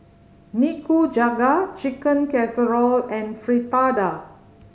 Nikujaga Chicken Casserole and Fritada